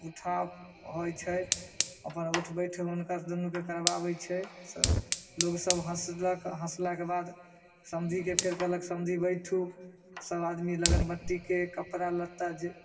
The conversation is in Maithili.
उठा होइ छै अपन ऊठबैठ हुनका दुनूके करबाबै छै लोग सब हँसलक हँसलाके बाद समधीके फेर कहलक समधी बैठु सब आदमी लगनबट्टीके कपड़ा लत्ता जे